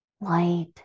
light